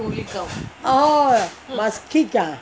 oh must kick ah